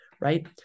right